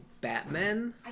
Batman